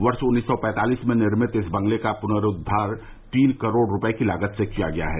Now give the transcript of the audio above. वर्ष उन्नीस सौ पैंतालिस में निर्मित इस बंगले का पुनरूद्वार तीन करोड़ रूपये की लागत से किया गया है